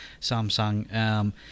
Samsung